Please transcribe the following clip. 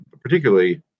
particularly